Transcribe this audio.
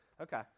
Okay